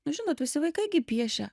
nu žinot visi vaikai gi piešia